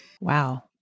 Wow